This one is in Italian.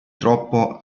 troppo